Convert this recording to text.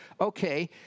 Okay